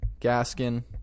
Gaskin